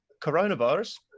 coronavirus